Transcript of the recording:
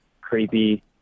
creepy